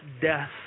death